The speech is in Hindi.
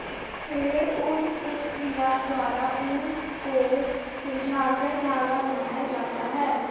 भेड़ ऊन प्रक्रिया द्वारा ऊन को सुलझाकर धागा बनाया जाता है